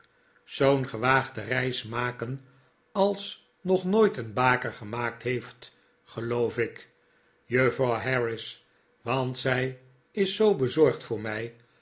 zoo'n gewaagde reis maken als nog nooit een baker gemaakt heeft geloof ik juffrouw harris want zij is zoo bezorgd voor mij